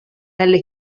pelle